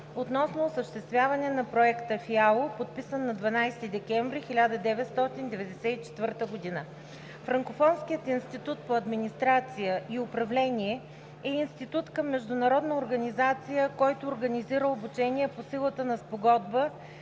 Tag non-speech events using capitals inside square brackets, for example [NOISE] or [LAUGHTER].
относно осъществяване на Проекта ФИАУ, подписана на 12 декември 1994 г. [NOISE] Франкофонският институт по администрация и управление е институт към международна организация, който организира обучения по силата на Спогодба